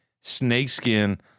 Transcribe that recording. snakeskin